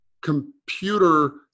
computer